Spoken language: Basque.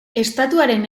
estatuaren